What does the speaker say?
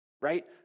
right